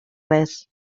res